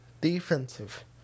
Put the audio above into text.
Defensive